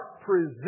present